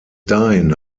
dahin